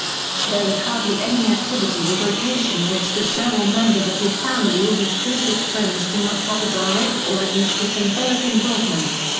there is hardly any activity or vocation which the shah or members of his family or his closest friends do not have a direct or at least a symbolic involvement.